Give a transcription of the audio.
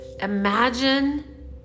Imagine